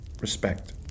Respect